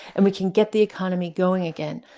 and we can get the economy going again.